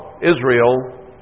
Israel